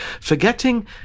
forgetting